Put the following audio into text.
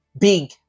big